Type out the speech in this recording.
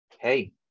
hey